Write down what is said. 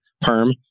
Perm